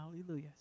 Hallelujah